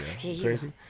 Crazy